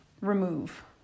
remove